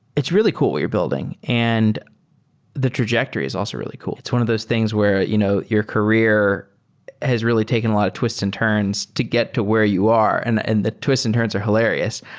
it's really cool what you're building, and the trajectory is also really cool. it's one of those things where you know your career has really taken a lot of twists and turns to get to where you are and and the twists and turns are hilarious.